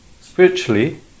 Spiritually